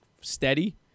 steady